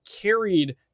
carried